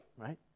right